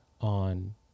on